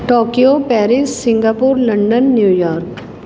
Tokyo Paris Singapore London New York